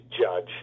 Judge